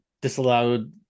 disallowed